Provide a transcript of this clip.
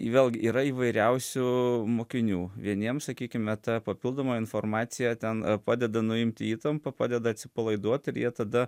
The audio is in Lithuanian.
vėlgi yra įvairiausių mokinių vieniems sakykime ta papildoma informacija ten padeda nuimti įtampą padeda atsipalaiduot ir jie tada